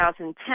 2010